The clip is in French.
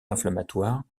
inflammatoire